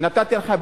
נתתי הנחיה,